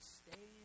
stay